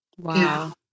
Wow